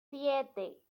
siete